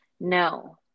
No